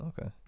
okay